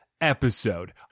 episode